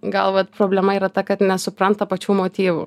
gal vat problema yra ta kad nesupranta pačių motyvų